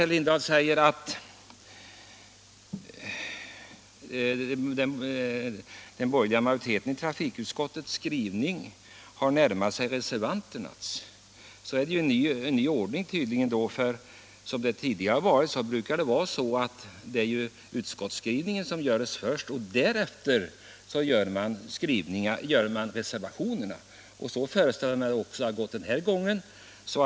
Herr Lindahl sade att den borgerliga majoriteten i sin skrivning har närmat sig reservanternas. Det skulle i så fall innebära en ny ordning. Utskottets skrivning brukar ju göras först, och därefter formuleras reservationerna. Så föreställer jag mig att det har gått till den här gången också.